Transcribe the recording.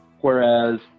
Whereas